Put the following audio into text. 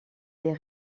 les